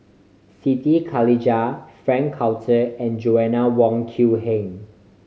Siti Khalijah Frank Cloutier and Joanna Wong Quee Heng